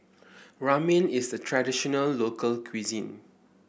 Ramen is a traditional local cuisine